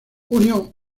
unión